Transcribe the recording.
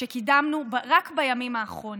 שקידמנו רק בימים האחרונים.